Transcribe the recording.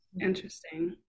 Interesting